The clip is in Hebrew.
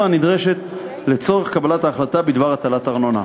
הנדרשת לצורך קבלת ההחלטה בדבר הטלת ארנונה.